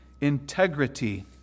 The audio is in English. integrity